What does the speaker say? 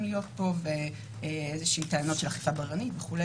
להיות פה וטענות של אכיפה בררנית וכו',